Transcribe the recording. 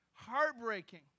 heartbreaking